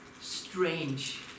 strange